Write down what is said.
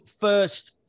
first